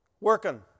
working